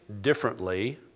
differently